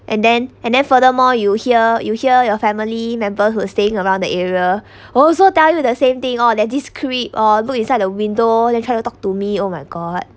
and then and then furthermore you hear you hear your family members would staying around the area also tell you the same thing oh that this creep oh look inside the window then try to talk to me oh my god